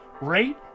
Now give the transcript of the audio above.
Rate